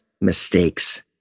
mistakes